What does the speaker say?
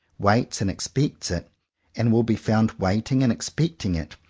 waits and expects it and will be found waiting and expecting it,